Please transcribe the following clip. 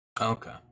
Okay